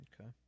Okay